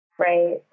right